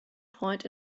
point